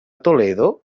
toledo